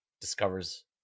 discovers